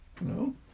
No